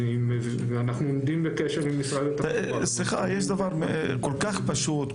אנחנו עומדים בקשר עם משרד התחבורה --- יש דבר כל כך פשוט,